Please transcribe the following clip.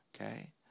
Okay